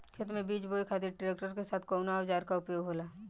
खेत में बीज बोए खातिर ट्रैक्टर के साथ कउना औजार क उपयोग होला?